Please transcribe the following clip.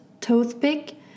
toothpick